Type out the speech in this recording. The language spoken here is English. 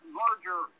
larger